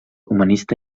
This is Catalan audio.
humanista